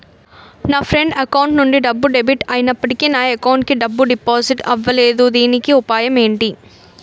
నా friend account నుండి డబ్బు డెబిట్ అయినప్పటికీ నా అకౌంట్ కి డబ్బు డిపాజిట్ అవ్వలేదుదీనికి ఉపాయం ఎంటి?